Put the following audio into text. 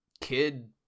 kid